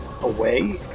away